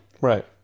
right